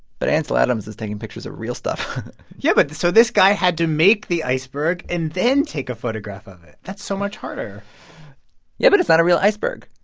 but ansel adams is taking pictures of real stuff yeah, but so this guy had to make the iceberg and then take a photograph of it. that's so much harder yeah, but it's not a real iceberg.